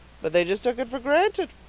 but they just took it for granted.